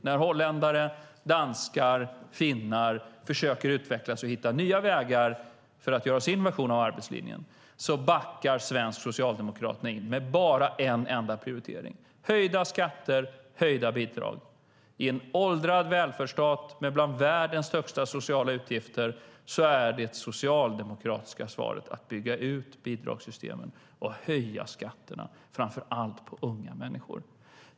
När holländare, danskar och finnar försöker utvecklas och hitta nya vägar för att göra sin version av arbetslinjen backar de svenska socialdemokraterna in med bara en enda prioritering: höjda skatter och höjda bidrag. I en åldrad välfärdsstat med bland de högsta sociala utgifterna i världen är det socialdemokratiska svaret att bygga ut bidragssystemen och höja skatterna, framför allt på unga människor.